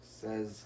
says